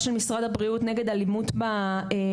של משרד הבריאות נגד אלימות במחלקות.